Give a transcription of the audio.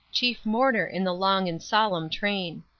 chief mourner in the long and solemn train.